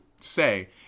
say